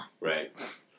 Right